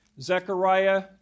Zechariah